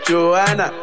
Joanna